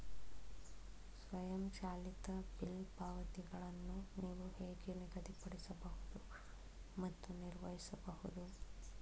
ಸ್ವಯಂಚಾಲಿತ ಬಿಲ್ ಪಾವತಿಗಳನ್ನು ನೀವು ಹೇಗೆ ನಿಗದಿಪಡಿಸಬಹುದು ಮತ್ತು ನಿರ್ವಹಿಸಬಹುದು?